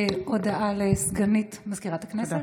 הודעה לסגנית מזכירת הכנסת.